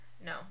No